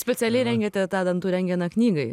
specialiai rengėte tą dantų rentgeną knygai